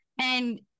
And-